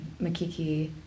Makiki